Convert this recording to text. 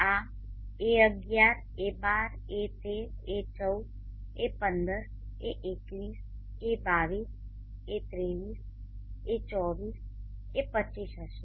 આ a11 a12 a13 a14 a15 a21 a22 a23 a24 a25 હશે